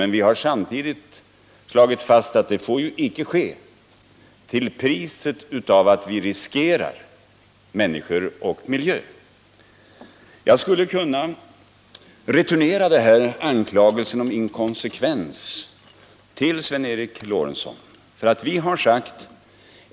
Men vi har samtidigt slagit fast att det får icke ske till priset av att vi riskerar människor och miljö. Jag skulle kunna returnera anklagelsen om inkonsekvens till Sven Eric Lorentzon.